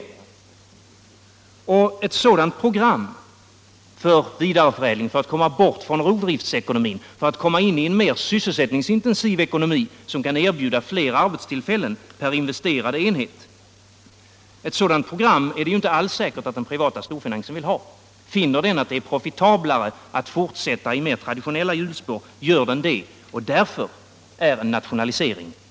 Ett sådant program för vidareförädling, för att komma bort från rov driftsekonomin och komma in en mer sysselsättningsintensiv ekonomi, som kan erbjuda fler arbetstillfällen per investerad enhet, är det ju inte alls säkert att den privata storfinansen vill ha. Finner den det mera profitabelt att fortsätta i mer traditionella hjulspår gör man det, och därför är en nationalisering nödvändig.